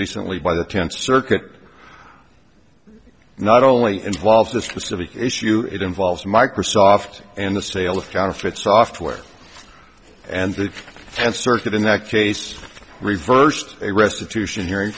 recently by the tenth circuit not only involved the specific issue it involves microsoft and the sale of counterfeit software and the third circuit in that case reversed a restitution hearing